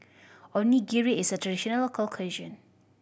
onigiri is a traditional local cuisine